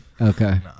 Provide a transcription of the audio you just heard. okay